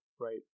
Right